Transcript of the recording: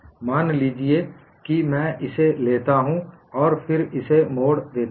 मान लीजिए कि मैं इसे लेता हूं और फिर इसे मोड़ देता हूं